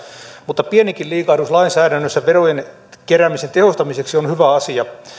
mutta pienikin liikahdus lainsäädännössä verojen keräämisen tehostamiseksi on hyvä asia